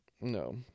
No